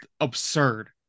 absurd